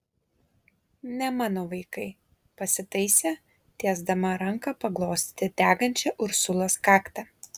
ne mano vaikai pasitaisė tiesdama ranką paglostyti degančią ursulos kaktą